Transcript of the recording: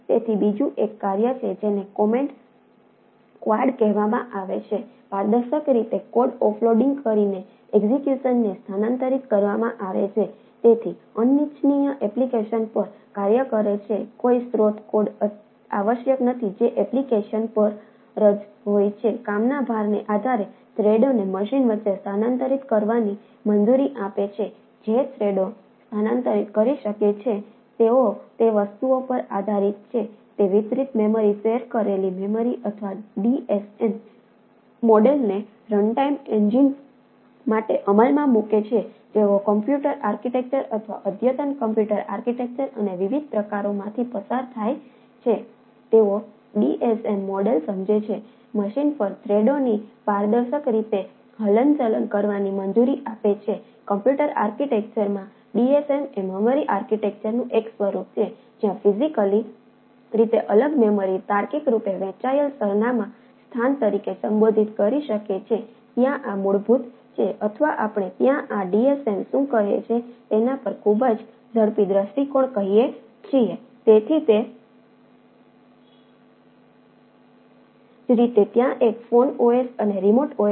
તેથી બીજું એક કાર્ય છે જેને કોમેટ શું કહે છે તેના પર ખૂબ જ ઝડપી દૃષ્ટિકોણ કહીએ છીએ